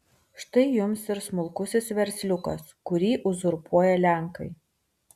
štai jums ir smulkusis versliukas kurį uzurpuoja lenkai